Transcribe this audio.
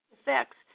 effects